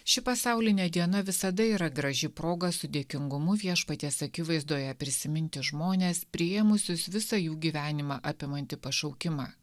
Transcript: ši pasaulinė diena visada yra graži proga su dėkingumu viešpaties akivaizdoje prisiminti žmones priėmusius visą jų gyvenimą apimantį pašaukimą